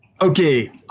Okay